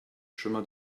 chemin